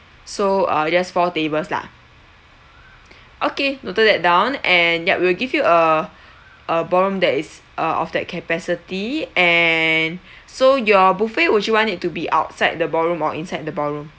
so err just four tables lah okay noted that down and yup we will give you a a ballroom that is uh of that capacity and so your buffet would you want it to be outside the ballroom or inside the ballroom